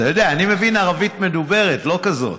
אתה יודע, אני מבין ערבית מדוברת, לא כזאת.